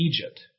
Egypt